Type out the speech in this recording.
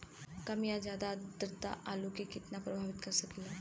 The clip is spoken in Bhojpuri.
कम या ज्यादा आद्रता आलू के कितना प्रभावित कर सकेला?